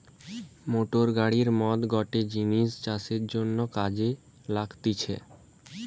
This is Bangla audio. মোটর গাড়ির মত গটে জিনিস চাষের জন্যে কাজে লাগতিছে